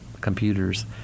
computers